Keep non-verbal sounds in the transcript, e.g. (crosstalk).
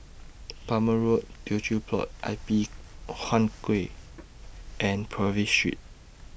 (noise) Plumer Road Teochew Poit Ip Huay Kuan and Purvis Street